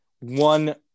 one